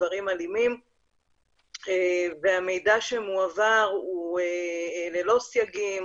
גברים אלימים והמידע שמועבר הוא ללא סייגים,